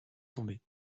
tomber